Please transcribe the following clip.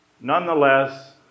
Nonetheless